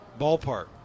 ballpark